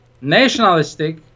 nationalistic